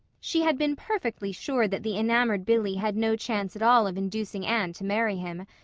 she had been perfectly sure that the enamored billy had no chance at all of inducing anne to marry him.